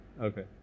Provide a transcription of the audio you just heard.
Okay